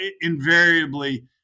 invariably